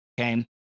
okay